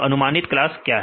तो अनुमानित क्लास क्या है